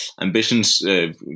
ambitions